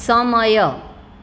સમય